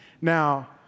Now